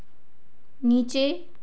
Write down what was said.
नीचे